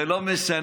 זה לא משנה.